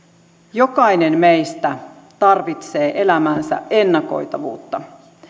jokainen meistä tarvitsee elämäänsä ennakoitavuutta